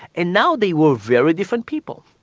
and now they were very different people.